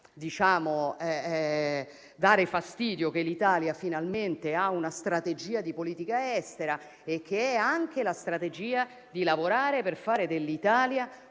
possa dare fastidio che l'Italia finalmente abbia una strategia di politica estera che è anche quella di lavorare per fare dell'Italia